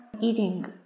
eating